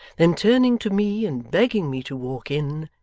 then turning to me and begging me to walk in,